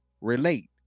relate